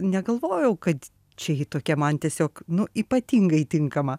negalvojau kad čia ji tokia man tiesiog nu ypatingai tinkama